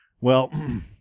Well-